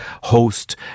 host